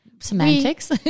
semantics